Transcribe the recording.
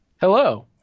Hello